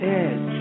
edge